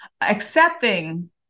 accepting